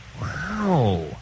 Wow